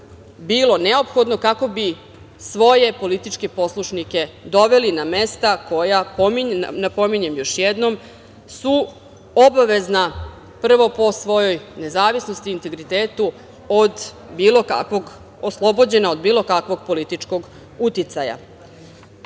bilo neophodno kako bi svoje političke poslušnike doveli na mesta koja, napominjem još jednom, su obavezna, prvo po svojoj nezavisnosti, integritetu, oslobođena od bilo kakvog političkog uticaja. Ne